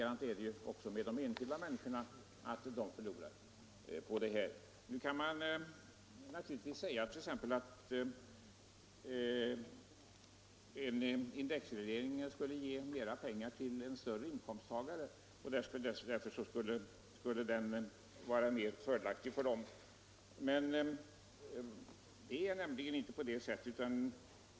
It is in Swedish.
Det är de enskilda människorna som får betala. Nu kan man naturligtvis säga att en indexreglering skulle ge mera pengar i kronor räknat till större inkomsttagare, och därför skulle den vara mer fördelaktig för dem. Men det är inte på det sättet.